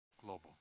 global